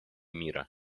мира